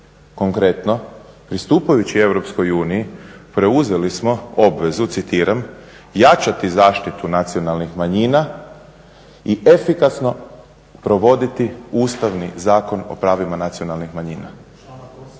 Konkretno, pristupajući Europskoj uniji preuzeli smo obvezu „Jačati zaštitu Nacionalnih manjina i efikasno provoditi Ustavni zakon o pravima Nacionalnih manjina“.